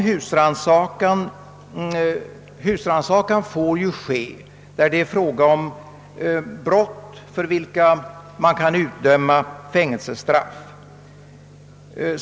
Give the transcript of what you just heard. Husrannsakan får ju ske då det är fråga om brott för vilka man kan utdöma fängelsestraff.